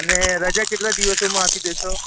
અને રજા કેટલા દિવસોમાં આપી દેશો